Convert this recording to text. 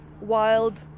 wild